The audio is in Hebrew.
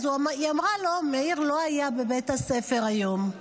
אז היא אמרה לו: מאיר לא היה בבית הספר היום.